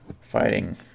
fighting